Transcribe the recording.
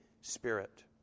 Spirit